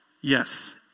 Yes